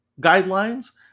guidelines